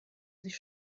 sich